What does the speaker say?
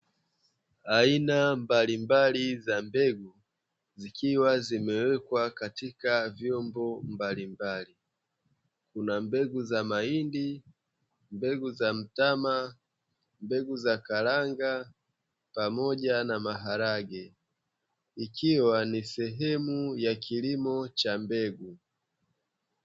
Aina mbalimbali za mbegu zikiwa zimewekwa katika vyombo mbalimbali, kuna mbegu za mahindi, mbegu za mtama, mbegu za karanga, pamoja na maharage, ikiwa ni sehemu ya kilimo cha mbegu.